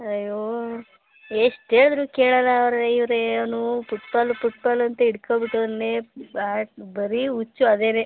ಅಯ್ಯೋ ಎಷ್ಟು ಹೇಳಿದ್ರು ಕೇಳೋಲ್ಲ ಅವರೇ ಇವರೇ ಅವನು ಪುಟ್ಬಾಲು ಪುಟ್ಬಾಲ್ ಅಂತ ಹಿಡ್ಕೊ ಬಿಟ್ಟವನೆ ಬರಿ ಹುಚ್ಚು ಅದೇ